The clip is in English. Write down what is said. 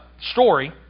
story